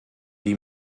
die